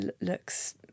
looks